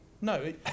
No